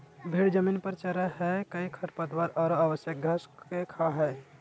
भेड़ जमीन पर चरैय हइ कई खरपतवार औरो अनावश्यक घास के खा हइ